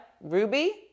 Ruby